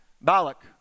Balak